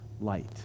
light